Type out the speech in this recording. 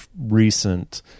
recent